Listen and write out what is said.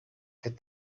get